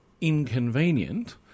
inconvenient